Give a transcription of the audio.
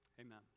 Amen